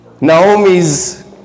Naomi's